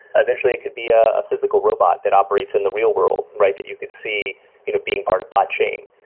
eventually it could be a physical robot that operates in the real world, right, that you could see you know being part of botchain.